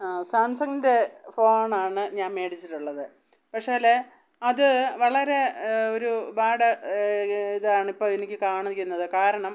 ആ സാംസംഗിൻ്റെ ഫോണാണ് ഞാന് മേടിച്ചിട്ടുള്ളത് പക്ഷേല് അത് വളരെ ഒരു ബാഡ് ഇതാണിപ്പോള് എനിക്ക് കാണിക്കുന്നത് കാരണം